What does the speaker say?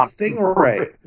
Stingray